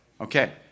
Okay